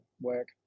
work